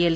L